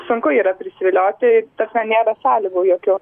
sunku yra prisivilioti ta prasme nėra sąlygų jokių